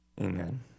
Amen